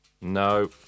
No